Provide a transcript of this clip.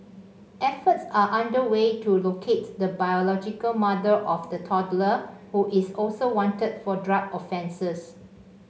efforts are underway to locate the biological mother of the toddler who is also wanted for drug offences